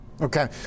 Okay